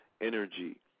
energy